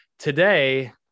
Today